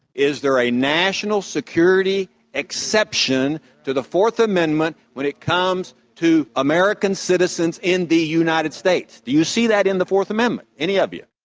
is there a national security exception to the fourth amendment when it comes to american citizens in the united states? do you see that in the fourth amendment, any of you?